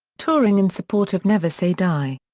touring in support of never say die!